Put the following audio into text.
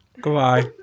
Goodbye